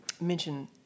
mention